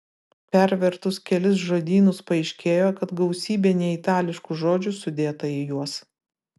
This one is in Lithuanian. pervertus kelis žodynus paaiškėjo kad gausybė neitališkų žodžių sudėta į juos